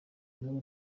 nabo